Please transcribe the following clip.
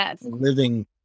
living